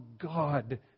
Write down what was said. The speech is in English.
God